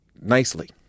nicely